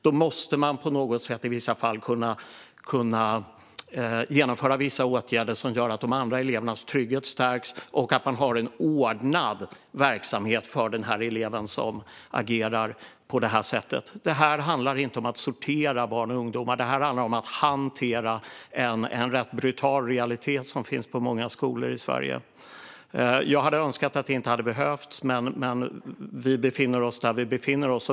Då måste man på något sätt i vissa fall kunna genomföra åtgärder som gör att de andra elevernas trygghet stärks och att det finns en ordnad verksamhet för eleven som agerar på det här sättet. Det här handlar inte om att sortera barn och ungdomar. Det handlar om att hantera en rätt brutal realitet som finns på många skolor i Sverige. Jag hade önskat att det inte behövts, men vi befinner oss där vi befinner oss.